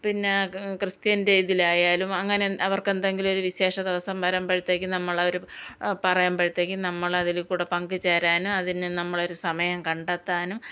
പിന്നെ ക്രിസ്ത്യൻ്റെ ഇതിലായാലും അങ്ങനെ അവർക്കെന്തെങ്കിലും ഒരു വിശേഷ ദിവസം വരുമ്പോഴത്തേക്കും നമ്മൾ അവർ പറയുമ്പോഴത്തേക്കും നമ്മളതിൽ കൂടെ പങ്കു ചേരാനും അതിനു നമ്മളൊരു സമയം കണ്ടെത്താനും